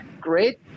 great